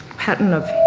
pattern of